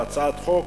בהצעת חוק.